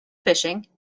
fishing